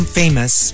famous